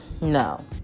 no